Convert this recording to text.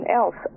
else